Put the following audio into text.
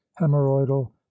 hemorrhoidal